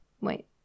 wait